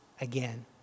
again